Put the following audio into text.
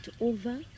over